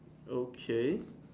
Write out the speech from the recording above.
okay